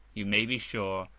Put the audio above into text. you may be sure,